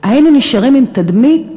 היינו נשארים עם תדמית